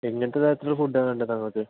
എങ്ങനത്തെ തരത്തിലുള്ള ഫുഡാണ് വേണ്ടത് താങ്കൾക്ക്